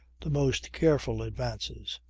the most careful advances.